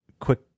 quick